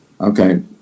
okay